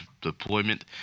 deployment